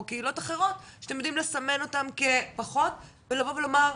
קהילות אחרות שאתם יודעים לסמן אותם כפחות ולבוא ולומר,